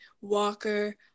Walker